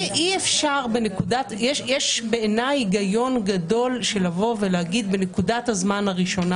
יש בעיניי היגיון גדול לבוא ולהגיד שבנקודת הזמן הראשונה,